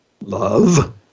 love